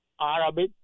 Arabic